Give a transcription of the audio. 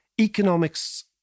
economics